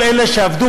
כל מי שעבדו,